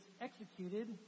executed